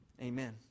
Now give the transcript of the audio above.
Amen